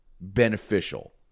beneficial